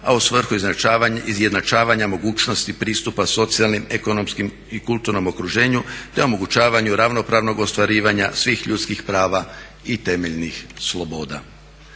a u svrhu izjednačavanja mogućnosti pristupa socijalnim, ekonomski i kulturnom okruženju te omogućavanju ravnopravnog ostvarivanja svih ljudskih prava i temeljnih sloboda.